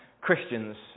Christians